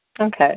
Okay